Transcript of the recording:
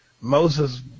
Moses